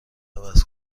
عوض